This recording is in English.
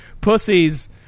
Pussies